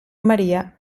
maria